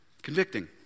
Convicting